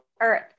earth